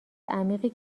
عمیقی